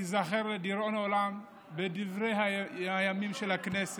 ייזכר לדיראון עולם בדברי הימים של הכנסת.